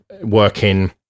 working